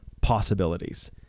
possibilities